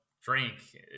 drink